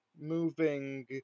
moving-